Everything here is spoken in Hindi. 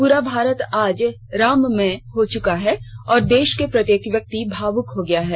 पूरा भारत आज राममय हो चुका है और देश के प्रत्येक व्यक्ति भावुक हो गया है